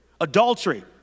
Adultery